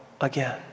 again